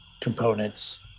components